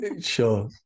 sure